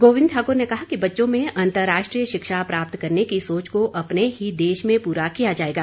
गोविंद ठाकर ने कहा कि बच्चों में अंतर्राष्ट्रीय शिक्षा प्राप्त करने की सोच को अपने ही देश में पूरा किया जाएगा